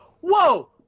whoa